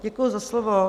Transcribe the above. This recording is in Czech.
Děkuji za slovo.